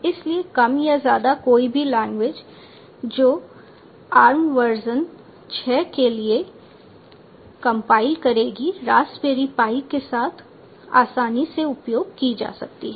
इसलिए कम या ज्यादा कोई भी लैंग्वेज जो आर्म वर्जन छह के लिए कंपाइल करेगी रास्पबेरी पाई के साथ आसानी से उपयोग की जा सकती है